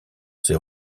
ses